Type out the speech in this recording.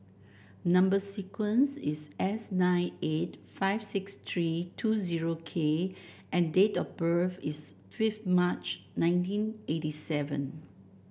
number sequence is S nine eight five six three two zero K and date of birth is fifth March nineteen eighty seven